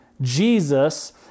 Jesus